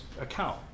account